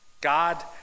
God